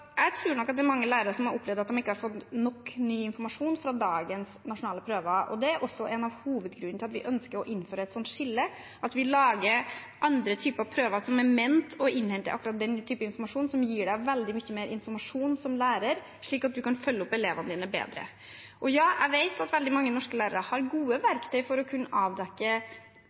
det er mange lærere som har opplevd at de ikke har fått nok ny informasjon fra dagens nasjonale prøver, og det er også noe av hovedgrunnen til at vi ønsker å innføre et slikt skille, at vi lager andre typer prøver som er ment å innhente akkurat den type informasjon som gir veldig mye mer informasjon til lærerne, slik at de kan følge opp elevene sine bedre. Ja – jeg vet at veldig mange norske lærere har gode verktøy for å kunne avdekke